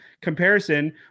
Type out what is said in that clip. comparison